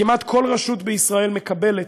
כמעט כל רשות בישראל מקבלת,